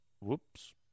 Whoops